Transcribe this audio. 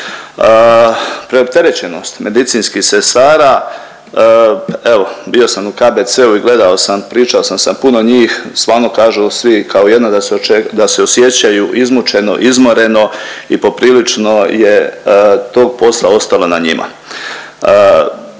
Preopterećenost medicinskih sestara. Evo bio sam u KBC-u i gledao sam, pričao sam sa puno njih. Stvarno kažu svi kao jedno da se osjećaju izmučeno, izmoreno i poprilično je tog posla ostalo na njima.